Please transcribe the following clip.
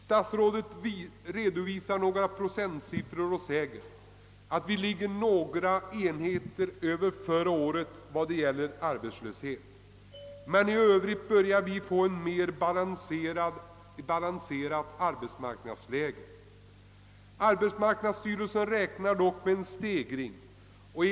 Statsrådet redovisar några procentsiffror och säger att vi ligger några enheter högre än förra året i fråga om arbetslöshet. Men i övrigt börjar vi få ett mera balanserat arbetsmarknadsläge. Arbetsmarknadsstyrelsen räknar dock med en stegring av arbetslösheten.